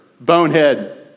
bonehead